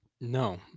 No